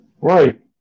right